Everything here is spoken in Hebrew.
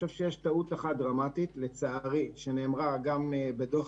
יש טעות אחת דרמטית שנאמרה גם בדוח